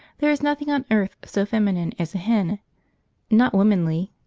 there is nothing on earth so feminine as a hen not womanly,